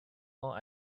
law